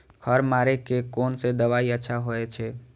खर मारे के कोन से दवाई अच्छा होय छे?